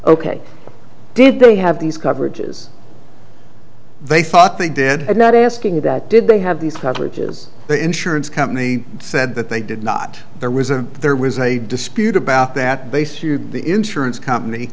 ok did they have these coverages they thought they did it not asking that did they have these coverages the insurance company said that they did not there was a there was a dispute about that they sued the insurance company